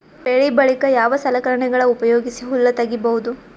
ಬೆಳಿ ಬಳಿಕ ಯಾವ ಸಲಕರಣೆಗಳ ಉಪಯೋಗಿಸಿ ಹುಲ್ಲ ತಗಿಬಹುದು?